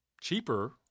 cheaper